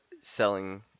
selling